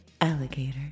Alligator